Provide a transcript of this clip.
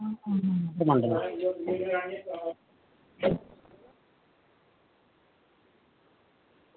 Purmandal